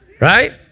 Right